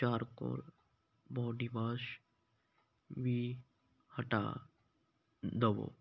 charcoal body wash ਵੀ ਹਟਾ ਦੇਵੋ